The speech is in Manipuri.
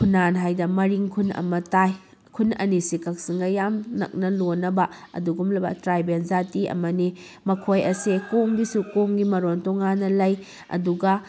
ꯐꯨꯅꯥꯟ ꯍꯥꯏꯗꯅ ꯃꯔꯤꯡ ꯈꯨꯟ ꯑꯃ ꯇꯥꯏ ꯈꯨꯟ ꯑꯅꯤꯁꯤ ꯀꯛꯆꯤꯡꯒ ꯌꯥꯝ ꯅꯛꯅ ꯂꯣꯟꯅꯕ ꯑꯗꯨꯒꯨꯝꯕ ꯇ꯭ꯔꯥꯏꯕꯦꯜ ꯖꯥꯇꯤ ꯑꯃꯅꯤ ꯃꯈꯣꯏ ꯑꯁꯤ ꯀꯣꯝꯒꯤꯁꯨ ꯀꯣꯝꯒꯤ ꯃꯔꯣꯟ ꯇꯣꯡꯉꯥꯟꯅ ꯂꯩ ꯑꯗꯨꯒ